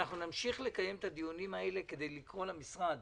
אנחנו נמשיך לקיים את הדיונים האלה כדי לקרוא למשרד